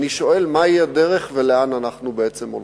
אני שואל מהי הדרך ולאן אנחנו בעצם הולכים.